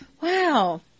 Wow